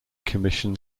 commission